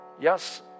Yes